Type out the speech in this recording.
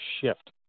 shift